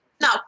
Now